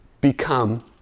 become